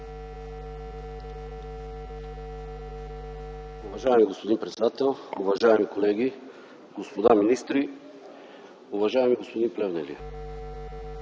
Уважаеми господин председател, уважаеми колеги, господа министри! Уважаеми господин Плевнелиев,